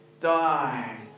die